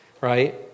Right